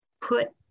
Put